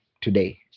today